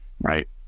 right